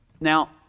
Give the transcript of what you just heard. Now